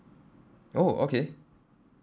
oh okay